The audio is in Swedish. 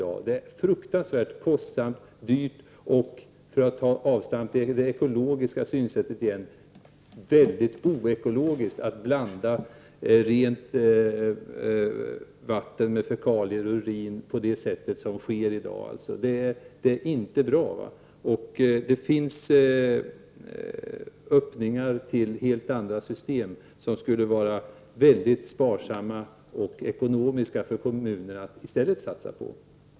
VA-nätet är fruktansvärt dyrt samtidigt som det är väldigt oceko logiskt att blanda rent vatten med fekalier och urin på det sätt som i dag sker. Det är inte bra, och det finns öppningar till helt andra system som det skulle vara mera ekonomiskt för kommunerna att i stället satsa på.